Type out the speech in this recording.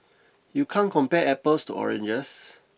you can't compare apples to oranges